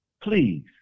please